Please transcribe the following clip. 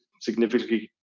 significantly